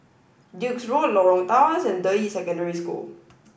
Duke's Road Lorong Tawas and Deyi Secondary School